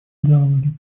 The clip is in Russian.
диалоге